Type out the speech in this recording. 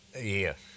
Yes